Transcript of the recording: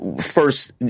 First